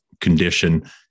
condition